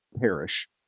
parish